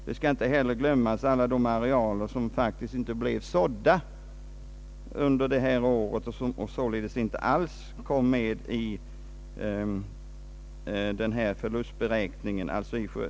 Man får inte heller glömma de arealer som inte blev sådda under det här året och som således inte alls kom med i förlustberäkningen.